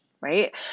right